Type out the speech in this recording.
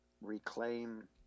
reclaim